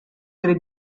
delle